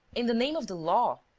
in the name of the law,